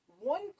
One